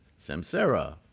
Samsara